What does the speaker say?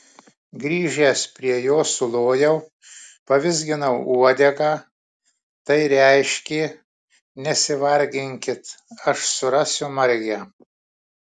grįžęs prie jo sulojau pavizginau uodegą tai reiškė nesivarginkit aš surasiu margę